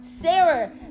Sarah